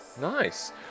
Nice